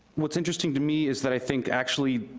what's interesting to me is that i think, actually,